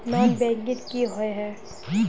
Non banking किए हिये है?